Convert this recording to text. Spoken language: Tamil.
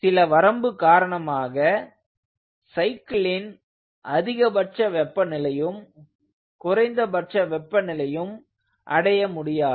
சில வரம்பு காரணமாக சைக்கிளின் அதிகபட்ச வெப்ப நிலையும் குறைந்தபட்ச வெப்ப நிலையையும் அடைய முடியாது